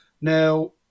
Now